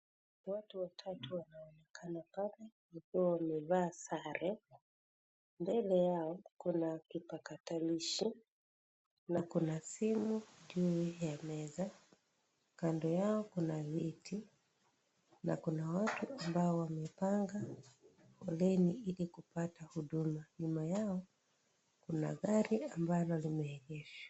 Watu watatu wanaonekana wakiwa wamevaa sare. Mbele Yao kuna tarakilishi na kuna simu juu ya meza. Kando Yao kuna viti na kuna watu ambao wamepanga foleni Ili kupata huduma. Nyuma yao, kuna gari ambalo limeegeshwa.